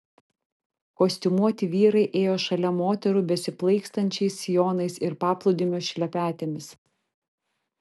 kostiumuoti vyrai ėjo šalia moterų besiplaikstančiais sijonais ir paplūdimio šlepetėmis